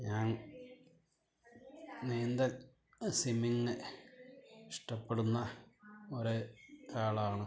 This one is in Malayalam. ഞാൻ നീന്തൽ സ്വിമ്മിങ്ങ് ഇഷ്ടപ്പെടുന്ന ഒരേ ഒരാളാണ്